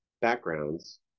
backgrounds